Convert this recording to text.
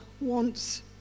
wants